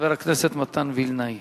חבר הכנסת מתן וילנאי.